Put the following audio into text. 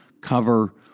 cover